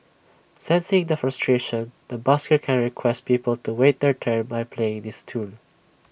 sensing the frustration the busker can request people to wait their turn by playing this tune